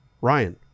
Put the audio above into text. Ryan